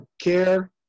care